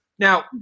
Now